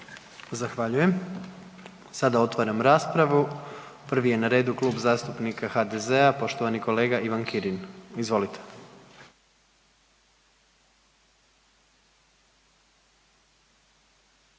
Zahvaljujem. Sada otvaram raspravu. Prvi je na redu Klub zastupnika HDZ-a i poštovani kolega Ivan Kirin. Izvolite.